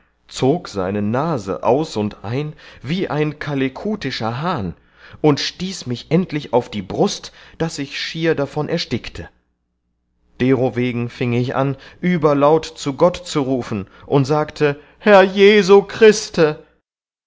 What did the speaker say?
zog seine nase aus und ein wie ein kalekutischer hahn und stieß mich endlich auf die brust daß ich schier davon erstickte derowegen fieng ich an überlaut zu gott zu rufen und sagte herr jesu christe